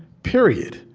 period?